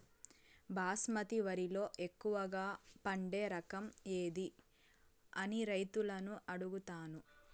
బాస్మతి వరిలో ఎక్కువగా పండే రకం ఏది అని రైతులను అడుగుతాను?